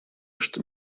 что